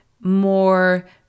more